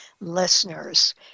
listeners